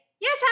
Yes